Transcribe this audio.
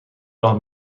راه